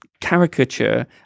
caricature